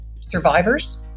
survivors